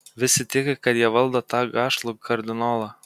visi tiki kad jie valdo tą gašlų kardinolą